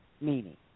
meaning